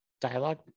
dialogue